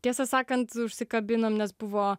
tiesą sakant užsikabinom nes buvo